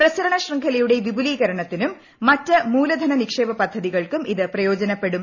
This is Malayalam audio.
പ്രസരണശൃംഖലയുടെ വിപുലീകരണത്തിനും മറ്റ് മൂലധന നിക്ഷേപ പദ്ധതികൾക്കും ഇത് പ്രയോജനപ്പെടും